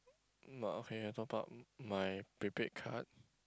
but okay I top up my prepaid card